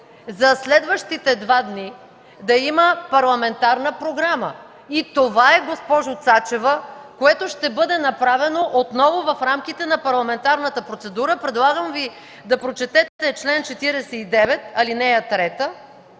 за следващите два дни да има парламентарна програма и това е, госпожо Цачева, което ще бъде направено отново в рамките на парламентарната процедура. Предлагам Ви да прочетете чл. 49, ал. 3,